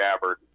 Gabbard